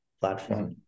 platform